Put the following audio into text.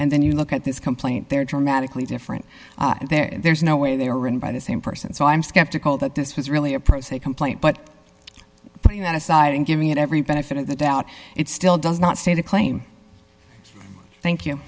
and then you look at this complaint they're dramatically different and there's no way they were written by the same person so i'm skeptical that this was really a pro se complaint but putting that aside and giving it every benefit of the doubt it still does not say the claim thank you